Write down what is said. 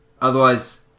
Otherwise